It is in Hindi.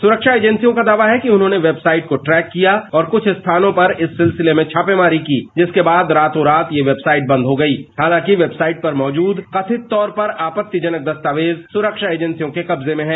सुरक्षा एजेंसियों का दावा है कि उन्होंने वेबसाइट को ट्रैक किया और कुछ स्थानों पर इस सिलसिले में छापेमारी की जिसके बाद रातों रात यह वेबसाइट बंद हो गई हालांकि वेबसाइट पर मौजूद कथित तौर पर आपत्तिजनक दस्तावेज सुरक्षा एजेंसियों के कब्जे में है